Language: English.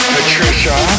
Patricia